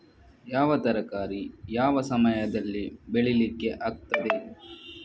ಯಾವ ತರಕಾರಿ ಯಾವ ಸಮಯದಲ್ಲಿ ಬೆಳಿಲಿಕ್ಕೆ ಆಗ್ತದೆ?